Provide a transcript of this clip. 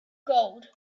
gold